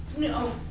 no.